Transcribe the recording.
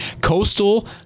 Coastal